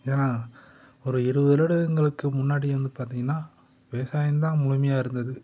ஏன்னா ஒரு இருபது வருடங்களுக்கு முன்னாடி வந்து பார்த்திங்கன்னா விவசாயந்தான் முழுமையாக இருந்தது